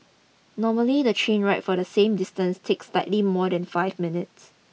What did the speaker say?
normally the train ride for the same distance takes slightly more than five minutes